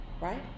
Right